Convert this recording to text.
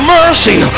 mercy